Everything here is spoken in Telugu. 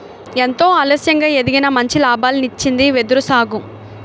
ఎంతో ఆలస్యంగా ఎదిగినా మంచి లాభాల్నిచ్చింది వెదురు సాగు